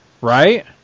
right